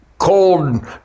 cold